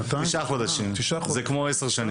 תשעה חודשים, זה כמו 10 שנים.